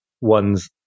one's